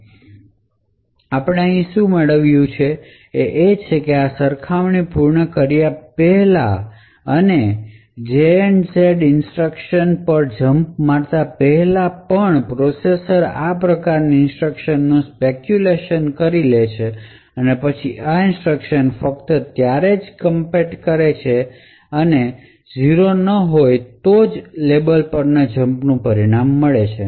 તેથી આપણે અહીં શું પ્રાપ્ત કરીએ છીએ તે છે કે આ સરખામણી પૂર્ણ કર્યા પહેલાં અને 0 ના હોય તો લેબલ પરનો જંપ ઇન્સટ્રકશન પર જંપ મારતા પહેલા પણ પ્રોસેસર આ પ્રકારના ઇન્સટ્રકશન નો સ્પેકયુલેશનકરી લે અને પછી આ ઇન્સટ્રકશન ફક્ત ત્યારે જ કમ્પેટ કરે છે અને 0 ના હોય તો લેબલ પરનો જંપ નું પરિણામ મળે છે